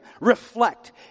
reflect